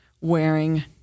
wearing